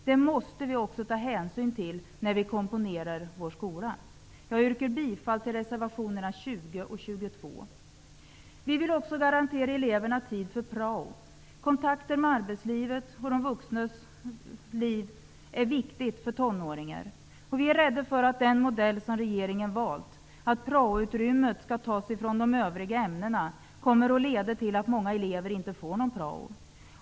Det måste vi ta hänsyn till när vi komponerar vår skola. Jag yrkar bifall till reservationerna 20 och 22. Vi vill också garantera eleverna tid för prao. Kontakter med arbetslivet och det vuxna livets villkor är viktiga för tonåringar. Vi är rädda för att den modell regeringen valt -- att prao-utrymmet skall tas från de övriga ämnena -- kommer att leda till att många elever inte får någon prao.